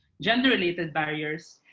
gender-related barriers,